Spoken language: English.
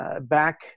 Back